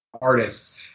artists